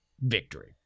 victory